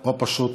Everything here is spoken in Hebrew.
או פשוט